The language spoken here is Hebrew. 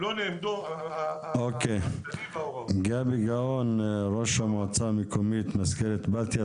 תודה רבה לראש המועצה המקומית מזכרת בתיה.